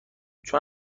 چون